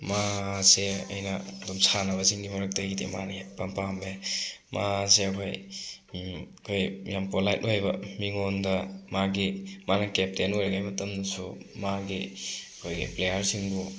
ꯃꯥꯁꯦ ꯑꯩꯅ ꯑꯗꯨꯝ ꯁꯥꯟꯅꯕꯁꯤꯡꯒꯤ ꯃꯔꯛꯇꯒꯤꯗꯤ ꯃꯥꯅ ꯏꯄꯥꯝ ꯄꯥꯝꯃꯦ ꯃꯥꯁꯦ ꯑꯩꯈꯣꯏ ꯑꯩꯈꯣꯏ ꯌꯥꯝ ꯄꯣꯂꯥꯏꯠ ꯑꯣꯏꯕ ꯃꯤꯉꯣꯟꯗ ꯃꯥꯒꯤ ꯃꯅꯥ ꯀꯦꯞꯇꯦꯟ ꯑꯣꯏꯔꯤꯉꯩ ꯃꯇꯝꯗꯁꯨ ꯃꯥꯒꯤ ꯑꯩꯈꯣꯏꯒꯤ ꯄ꯭ꯂꯦꯌꯔꯁꯤꯡꯕꯨ